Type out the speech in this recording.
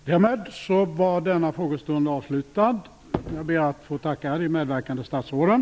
Därmed är denna frågestund avslutad. Jag ber att få tacka de medverkande statsråden.